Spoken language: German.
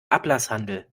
ablasshandel